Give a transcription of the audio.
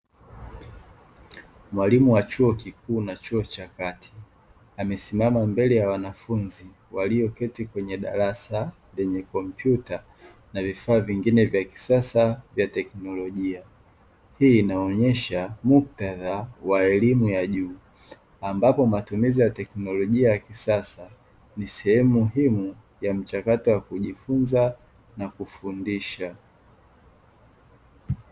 Mwalimu wa chuo kikuu na chuo cha kati, amesimama mbele ya wanafunzi walioketi kwenye darasa lenye kompyuta na vifaa vingine vya kisasa vya teknolojia. Hii inaonyesha muktadha wa elimu ya juu, ambapo matumizi ya teknolojia ya kisasa ni sehemu muhimu ya mchakato wa kujifunza na kufundisha.